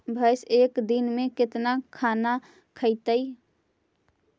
भैंस एक दिन में केतना खाना खैतई?